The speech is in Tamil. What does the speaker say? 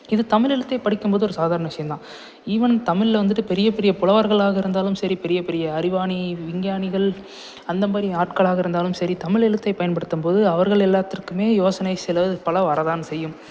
இது தமிழ் எழுத்தே படிக்கும் போது ஒரு சாதாரண விஷயந்தான் ஈவன் தமிழ்ல வந்துட்டு பெரிய பெரிய புலவர்களாக இருந்தாலும் செரி பெரிய பெரிய அறிவானி விஞ்ஞானிகள் அந்த மாரி ஆட்களாக இருந்தாலும் செரி தமிழெழுத்தை பயன்படுத்தம் போது அவர்கள் எல்லாத்திற்குமே யோசனை சில பல வரதான் செய்யும்